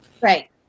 Right